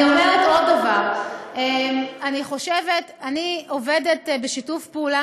אני אומרת עוד דבר: אני עובדת בשיתוף פעולה